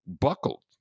buckled